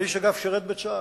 האיש, אגב, שירת בצה"ל.